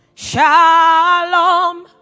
Shalom